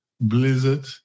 Blizzard